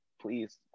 Please